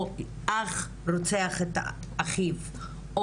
או אח רוצח את אחיו,